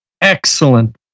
excellent